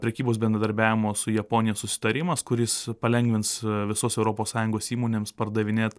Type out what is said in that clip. prekybos bendradarbiavimo su japonija susitarimas kuris palengvins visos europos sąjungos įmonėms pardavinėt